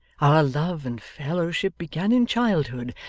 our love and fellowship began in childhood,